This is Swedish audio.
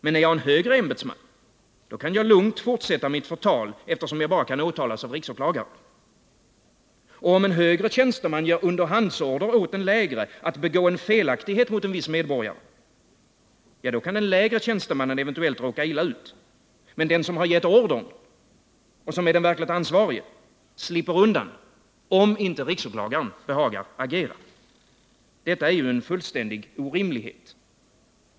Men är jag en högre ämbetsman — då kan jag lugnt fortsätta mitt förtal, eftersom jag bara kan åtalas av riksåklagaren. Och om en högre tjänsteman ger underhandsorder åt en lägre att begå en felaktighet mot en viss medborgare — ja, då kan den lägre tjänstemannen eventuellt råka illa ut. Men den som gett ordern och som är den verkligt ansvarige slipper undan, om inte riksåklagaren behagar agera. Detta är ju en fullständig orimlighet.